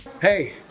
Hey